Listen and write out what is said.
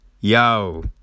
yo